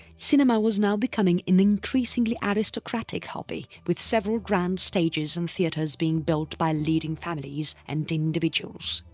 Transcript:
cinema was now becoming an increasingly aristocratic hobby with several grand stages and theatres being built by leading families and individuals.